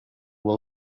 will